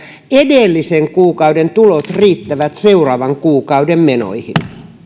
edellisen kuukauden tulot riittävät seuraavan kuukauden menoihin